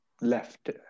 left